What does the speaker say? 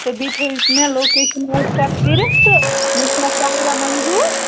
تہٕ بیٚیہِ تھٲوِو مےٚ لوکیشَن واٹس اَیٚپ کٔرِتھ تہٕ مےٚ چھُ ناو ساحراہ منظوٗر